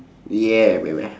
yeah baby